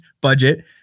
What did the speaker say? budget